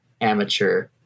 amateur